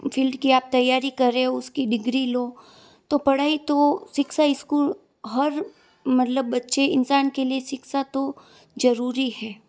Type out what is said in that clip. field की आप तैयारी करे रहे हो उस की डिग्री लो तो पढ़ाई तो शिक्षा इस्कूल हर मतलब बच्चे इंसान के लिए शिक्षा तो ज़रूरी है